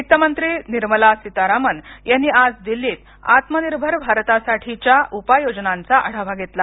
वित्तमंत्री निर्मला सीतारामन यांनी आज दिल्लीत आत्मनिर्भर भारतासाठीच्या उपाययोजनांचा आढावा घेतला